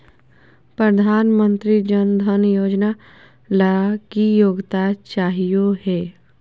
प्रधानमंत्री जन धन योजना ला की योग्यता चाहियो हे?